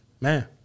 man